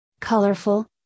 Colorful